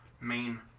main